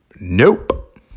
Nope